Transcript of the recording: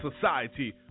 society